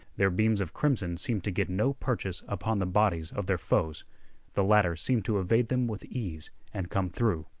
their beams of crimson seemed to get no purchase upon the bodies of their foes the latter seemed to evade them with ease, and come through,